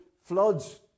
floods